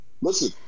Listen